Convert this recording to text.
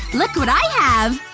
look what i have!